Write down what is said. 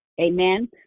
Amen